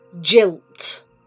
Jilt